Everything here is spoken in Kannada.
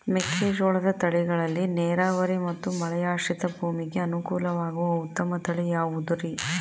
ಮೆಕ್ಕೆಜೋಳದ ತಳಿಗಳಲ್ಲಿ ನೇರಾವರಿ ಮತ್ತು ಮಳೆಯಾಶ್ರಿತ ಭೂಮಿಗೆ ಅನುಕೂಲವಾಗುವ ಉತ್ತಮ ತಳಿ ಯಾವುದುರಿ?